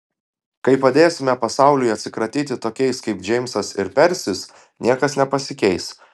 kai padėsime pasauliui atsikratyti tokiais kaip džeimsas ir persis niekas nepasikeis